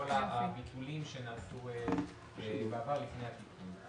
כל הביטולים שנעשו בעבר לפני התיקון.